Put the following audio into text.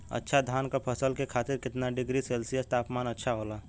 अच्छा धान क फसल के खातीर कितना डिग्री सेल्सीयस तापमान अच्छा होला?